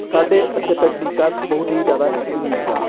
ਸਾਡੇ ਇੱਥੇ ਤਕਨਿਕਾਰ ਬਹੁਤ ਹੀ ਜ਼ਿਆਦਾ ਯੂਨੀਕ ਸਨ